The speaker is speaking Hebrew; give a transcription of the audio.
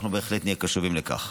אנחנו בהחלט נהיה קשובים לכך.